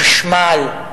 חשמל,